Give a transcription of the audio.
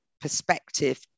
perspective